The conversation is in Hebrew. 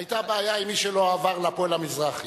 היתה בעיה עם מי שלא עבר ל"פועל המזרחי".